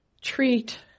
treat